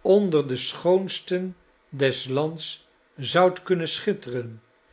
onder de schoonsten des lands zoudt kunnen schitteren